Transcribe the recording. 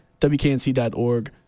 wknc.org